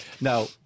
Now